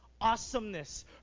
awesomeness